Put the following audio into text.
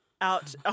out